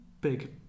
big